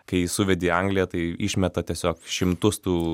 kai suvedi angliją tai išmeta tiesiog šimtus tų